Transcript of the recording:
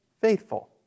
faithful